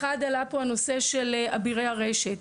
עלה פה הנושא של אבירי הרשת.